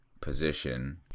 position